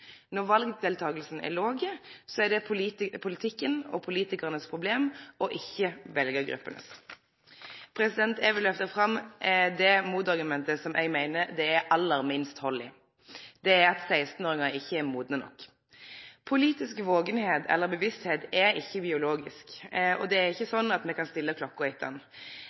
Når valdeltakinga er låg, er det politikken og politikaranes problem, ikkje veljargruppenes. Eg vil løfte fram det motargumentet som eg meiner det er aller minst hald i. Det er at 16-åringar ikkje er modne nok. Å vere politisk vaken eller bevisst er ikkje biologisk, og det er ikkje noko me kan stille